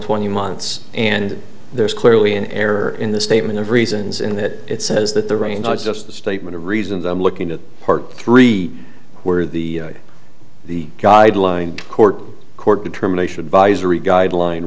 twenty months and there's clearly an error in the statement of reasons in that it says that the range is just a statement of reasons i'm looking at part three where the the guideline court court determination advisory guideline